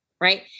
right